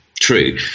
true